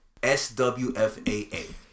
SWFAA